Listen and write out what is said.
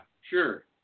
sure